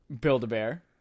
Build-A-Bear